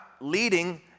leading